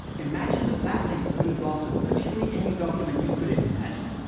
imagine that that link could have gone to virtually any document you could imagine.